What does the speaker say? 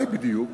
מהי בדיוק?